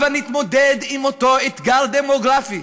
הבה נתמודד עם אותו אתגר דמוגרפי,